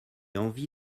envie